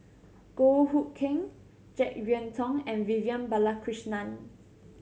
Goh Hood Keng Jek Yeun Thong and Vivian Balakrishnan